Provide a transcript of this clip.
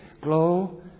glow